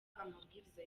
amabwiriza